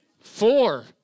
four